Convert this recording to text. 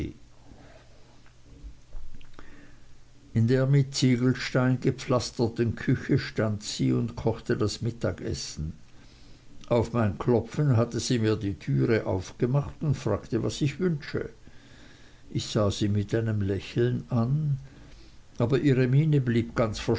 in der mit ziegelstein gepflasterten küche stand sie und kochte das mittagessen auf mein klopfen hatte sie mir die türe aufgemacht und fragte was ich wünschte ich sah sie mit einem lächeln an aber ihre miene blieb ganz